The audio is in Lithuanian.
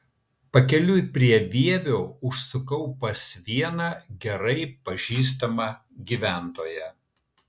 pakeliui prie vievio užsukau pas vieną gerai pažįstamą gyventoją